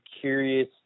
curious